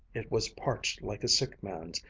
it was parched like a sick man's,